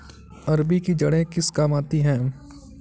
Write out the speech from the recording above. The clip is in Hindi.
अरबी की जड़ें किस काम आती हैं?